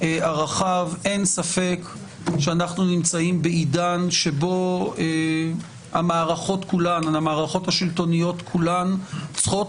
אין ספק שאנחנו נמצאים בעידן שבו המערכות השלטוניות כולן צריכות